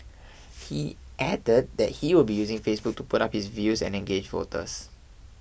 he added that he will be using Facebook to put up his views and engage voters